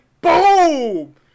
Boom